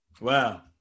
Wow